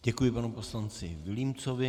Děkuji panu poslanci Vilímcovi.